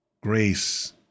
grace